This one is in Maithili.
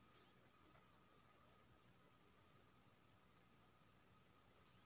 नगरपालिका सब स्थानीय बिकास लेल नगरपालिका बॉड केर माध्यमे पाइ उठाबै छै